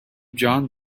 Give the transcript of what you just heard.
john